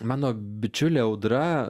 mano bičiulė audra